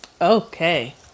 Okay